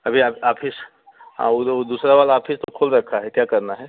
अभी आप आफिस और वो दूसरा वाला आफिस तो खोल रखा है क्या करना है